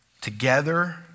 together